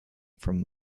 from